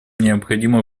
необходимо